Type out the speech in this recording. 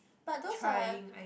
but those are